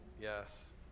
Yes